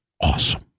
awesome